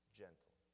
gentle